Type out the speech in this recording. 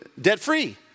debt-free